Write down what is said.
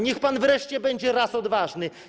Niech pan wreszcie będzie raz odważny.